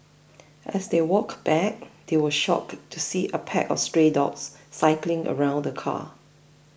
as they walked back they were shocked to see a pack of stray dogs circling around the car